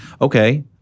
Okay